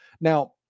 Now